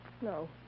No